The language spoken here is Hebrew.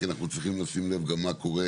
כי אנחנו צריכים לשים לב גם מה קורה